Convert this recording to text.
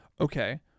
Okay